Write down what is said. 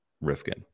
Rifkin